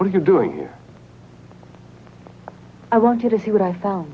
what are you doing here i want you to see what i found